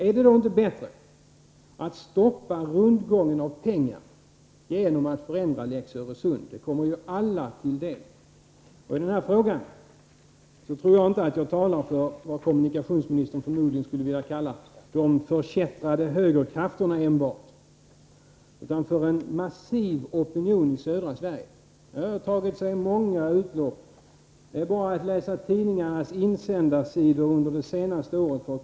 Är det då inte bättre att stoppa rundgången av pengar genom att ändra lex Öresund? Det skulle ju komma alla till del. I denna fråga tror jag inte att jag enbart talar för vad kommunikationsministern förmodligen skulle vilja kalla de förkättrade högerkrafterna utan för en massiv opinion i södra Sverige. Denna opinion har tagit sig uttryck på många sätt. För att konstatera detta behöver man bara läsa tidningarnas insändarsidor under det senaste året.